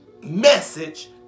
message